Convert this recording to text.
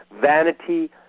vanity